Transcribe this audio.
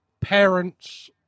parents